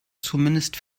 zumindest